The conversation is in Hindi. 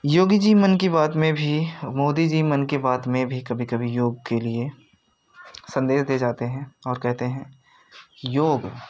योगी जी मन की बात में भी मोदी जी मन की बात में भी कभी कभी योग के लिए संदेश दे जाते हैं और कहते हैं कि योग